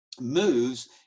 moves